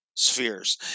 Spheres